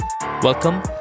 welcome